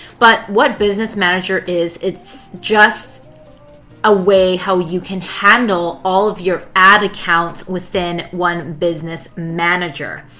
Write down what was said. but what business manager is, it's just a way how you can handle all of your ad accounts within one business manager.